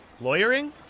Lawyering